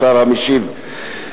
השר המשיב,